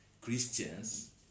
Christians